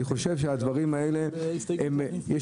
אני